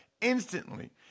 instantly